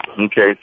Okay